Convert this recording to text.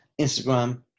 Instagram